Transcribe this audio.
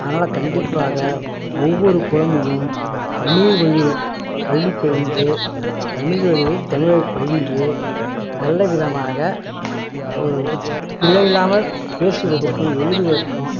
அதனால கண்டிப்பாக ஒவ்வொரு குழந்தையும் தமிழ் வழியில் கல்வி பயின்று தமிழ் வழியில் தமிழை பயின்று நல்லவிதமாக ஒரு பிழை இல்லாமல் பேசுவதற்கும் எழுதுவதற்கும்